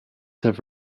have